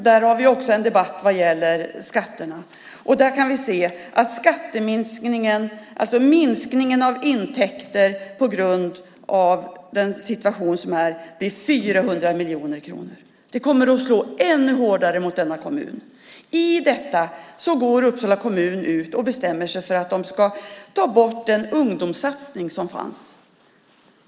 Där har vi också en debatt vad gäller skatterna. Där kan vi se att minskningen av intäkter på grund av den situation som är blir 400 miljoner kronor. Det kommer att slå ännu hårdare mot denna kommun. I detta går Uppsala kommun ut och bestämmer sig för att de ska ta bort den ungdomssatsning som fanns.